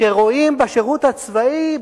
שרואים בשירות הצבאי,